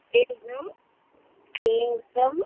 एकम् एकम्